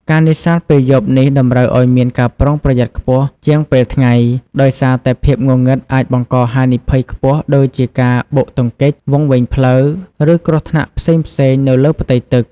ការនេសាទពេលយប់នេះតម្រូវឲ្យមានការប្រុងប្រយ័ត្នខ្ពស់ជាងពេលថ្ងៃ ដោយសារតែភាពងងឹតអាចបង្កហានិភ័យខ្ពស់ដូចជាការបុកទង្គិច វង្វេងផ្លូវ ឬគ្រោះថ្នាក់ផ្សេងៗនៅលើផ្ទៃទឹក។